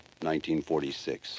1946